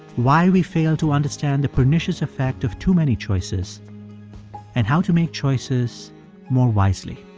why we fail to understand the pernicious effect of too many choices and how to make choices more wisely